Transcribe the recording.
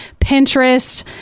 Pinterest